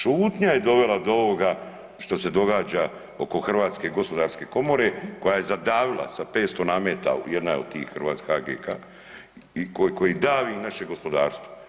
Šutnja je dovela do ovoga što se događa oko Hrvatske gospodarske komore koja je zadavila sa 500 nameta, jedna je od tih HGK-a i koji davi naše gospodarstvo.